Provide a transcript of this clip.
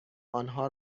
آنها